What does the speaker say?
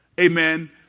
amen